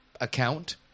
account